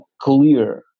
clear